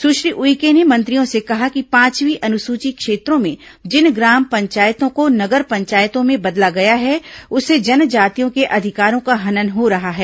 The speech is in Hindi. सुश्री उइके ने मंत्रियों से कहा कि पांचवीं अनुसूची क्षेत्रों में जिन ग्राम पंचायतों को नगर पंचायतों में बदला गया है उससे जनजातियों के अधिकारों का हनन हो रहा है